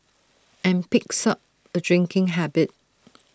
and picks up A drinking habit